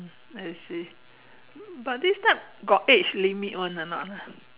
I see but this type got age limit [one] or not ah